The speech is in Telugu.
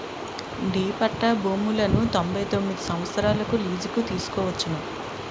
డి పట్టా భూములను తొంభై తొమ్మిది సంవత్సరాలకు లీజుకు తీసుకోవచ్చును